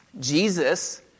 Jesus